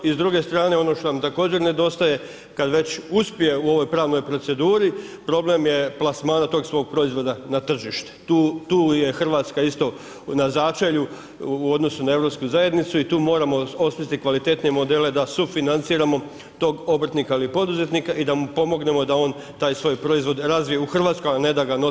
I s druge strane ono što nam također nedostaje, kad već uspije u ovoj pravnoj proceduri, problem je plasmana tog proizvoda na tržište, tu je Hrvatska isto na začelju u odnosu na europsku zajednicu i tu moramo osmisliti kvalitetnije modele da sufinanciramo tog obrtnika ili poduzetnika i da mu pomognemo da on taj svoj proizvod razvije u Hrvatskoj a ne da ga nosi izvan Hrvatske.